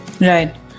Right